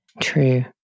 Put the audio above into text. true